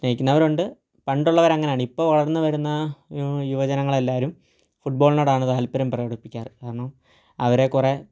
സ്നേഹിക്കുന്നവരുണ്ട് പണ്ടുള്ളവർ അങ്ങനെയാണ് ഇപ്പോൾ വളർന്ന് വരുന്ന ന്യൂ യുവജനങ്ങളെല്ലാവരും ഫുട്ബോളിനോടാണ് താല്പര്യം പ്രകടിപ്പിക്കാറ് കാരണം അവരെ കുറേ